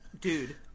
Dude